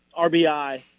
RBI